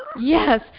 Yes